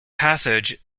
passage